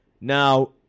Now